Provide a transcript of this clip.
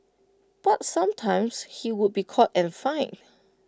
but sometimes he would be caught and fined